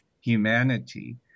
humanity